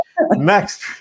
Next